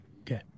Okay